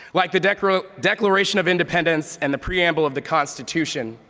like the declaration declaration of independence and the preamble of the constitution,